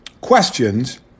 questions